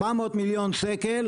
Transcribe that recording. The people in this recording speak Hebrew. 400 מיליון שקל,